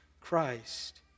Christ